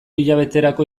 hilabeterako